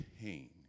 pain